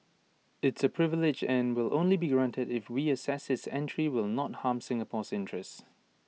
it's A privilege and IT will only be granted if we assess his entry will not harm Singapore's interests